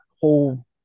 whole